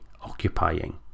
occupying